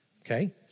okay